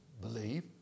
believe